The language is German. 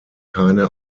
keine